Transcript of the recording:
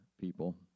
people